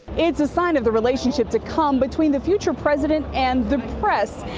it is a sign of the relationship to come between the future president and the press.